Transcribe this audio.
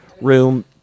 room